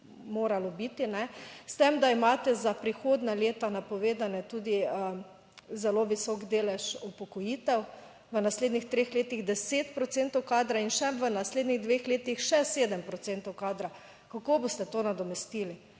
moralo biti, s tem da imate za prihodnja leta napovedane tudi zelo visok delež upokojitev - v naslednjih 3 letih 10 procentov kadra in še v naslednjih 2 letih še 7 procentov kadra. Kako boste to nadomestili?